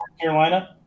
Carolina